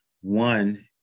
one